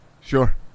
Sure